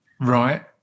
Right